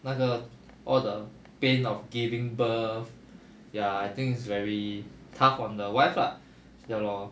那个 all the pain of giving birth ya I think is very tough on the wife lah ya lor